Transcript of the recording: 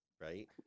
right